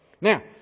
Now